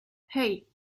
hey